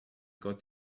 got